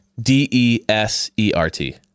D-E-S-E-R-T